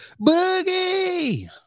Boogie